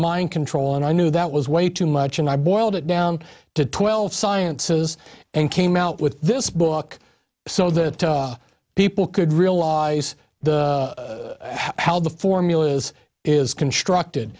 mind control and i knew that was way too much and i boiled it down to twelve sciences and came out with this book so that people could realize how the formulas is constructed